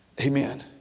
amen